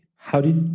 how did